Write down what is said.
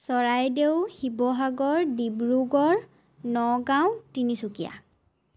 Charaideo Sivasagar Dibrugarh Nagaon Tinsukia